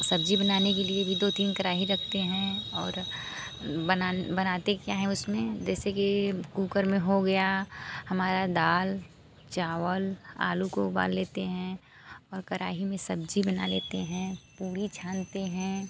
सब्जी बनाने के लिए भी दो तीन कराही रखते हैं और बनाते क्या हैं उसमें जैसे कि कुकर में हो गया हमारा दाल चावल आलू को उबाल लेते हैं और कराही में सब्जी बना लेते हैं पूरी छानते हैं